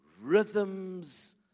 Rhythms